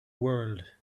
world